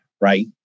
right